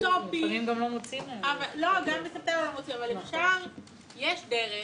יש דרך